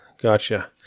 Gotcha